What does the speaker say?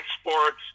sports